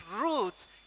roots